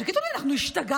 תגידו לי, אנחנו השתגענו?